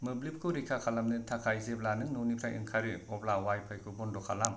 मोब्लिबखौ रैखा खालामनो थाखाय जेब्ला नों न'निफ्राय ओंखारो अब्ला अवाइफाइखौ बन्द' खालाम